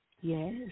Yes